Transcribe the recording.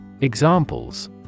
Examples